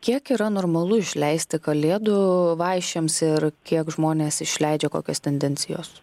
o kiek yra normalu išleisti kalėdų vaišėms ir kiek žmonės išleidžia kokios tendencijos